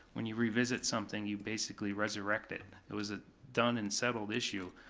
when you revisit something you basically resurrect it. it was a done and settled issue.